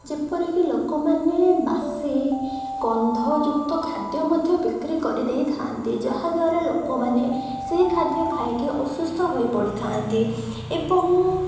ଯେପରିକି ଲୋକମାନେ ବାସି ଗନ୍ଧଯୁକ୍ତ ଖାଦ୍ୟ ମଧ୍ୟ ବିକ୍ରି କରିଦେଇଥାନ୍ତି ଯାହାଦ୍ୱାରା ଲୋକମାନେ ସେଇ ଖାଦ୍ୟ ଖାଇକି ଅସୁସ୍ଥ ହୋଇପଡ଼ିଥାନ୍ତି ଏବଂ